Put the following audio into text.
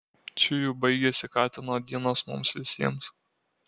čiuju baigėsi katino dienos mums visiems